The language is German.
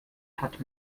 hat